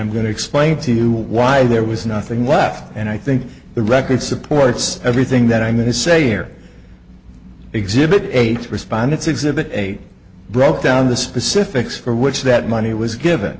i'm going to explain to you why there was nothing left and i think the record supports everything that i'm going to say here exhibit eight respondents exhibit eight broke down the specifics for which that money was given